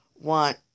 want